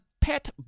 pet